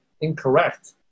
incorrect